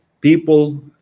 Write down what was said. People